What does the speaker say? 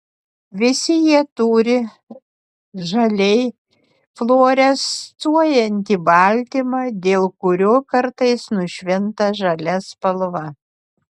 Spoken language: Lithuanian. visi jie turi žaliai fluorescuojantį baltymą dėl kurio kartais nušvinta žalia spalva